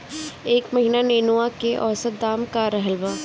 एह महीना नेनुआ के औसत दाम का रहल बा?